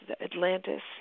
Atlantis